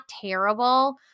terrible